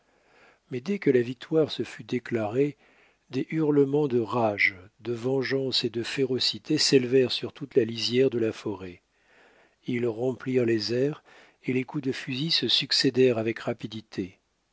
mais dès que la victoire se fut déclarée des hurlements de rage de vengeance et de férocité s'élevèrent sur toute la lisière de la forêt ils remplirent les airs et les coups de fusil se succédèrent avec rapidité